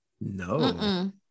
No